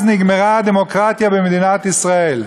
אז נגמרה הדמוקרטיה במדינת ישראל.